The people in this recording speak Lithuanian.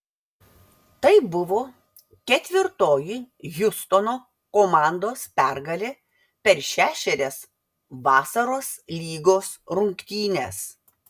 tai buvo ketvirtoji hjustono komandos pergalė per šešerias vasaros lygos rungtynes